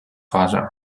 发展